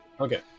okay